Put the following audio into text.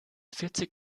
vierzig